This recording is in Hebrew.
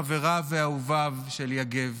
חבריו ואהוביו שלי יגב.